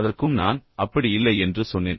அதற்கும் நான் அப்படி இல்லை என்று சொன்னேன்